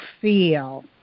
feel